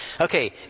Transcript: Okay